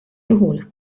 juhul